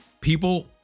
People